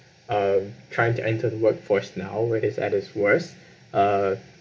um trying to enter the workforce now which is at its worse uh